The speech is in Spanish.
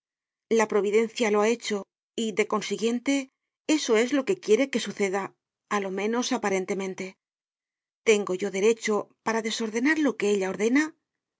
la providencia lo ha hecho y de consiguiente eso es lo que quiere que suceda á lo menos aparentemente tengo yo derecho para desordenar lo que ella ordena